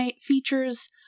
features